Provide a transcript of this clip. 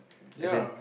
as in